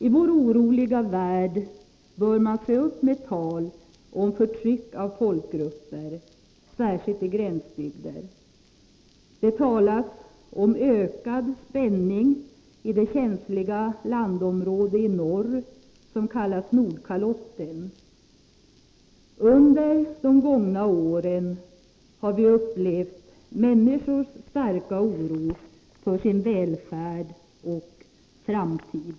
I vår oroliga värld bör man se upp med tal om förtryck av folkgrupper, särskilt i gränsbygder. Det talas om ökad spänning i det känsliga landområde i norr som kallas Nordkalotten. Under de gångna åren har vi upplevt människors starka oro för sin välfärd och framtid.